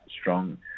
strong